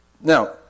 Now